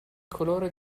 colore